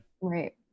right